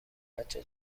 بچه